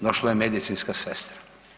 Došla je medicinska sestra.